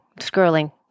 scrolling